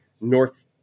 North